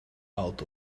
out